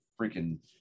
freaking